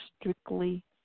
strictly